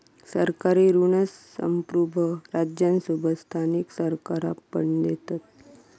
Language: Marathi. सरकारी ऋण संप्रुभ राज्यांसोबत स्थानिक सरकारा पण देतत